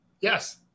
Yes